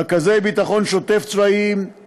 רכזי ביטחון שוטף צבאיים,